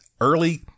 early